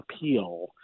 appeal